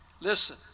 Listen